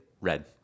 Red